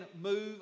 move